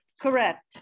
Correct